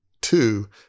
two